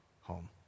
home